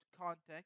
context